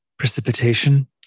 Precipitation